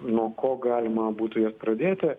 nuo ko galima būtų jas pradėti